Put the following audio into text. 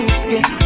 skin